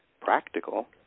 practical